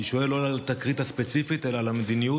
אני שואל לא על התקרית הספציפית אלא על המדיניות.